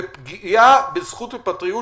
בפגיעה בזכות לפרטיות,